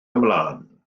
ymlaen